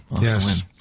Yes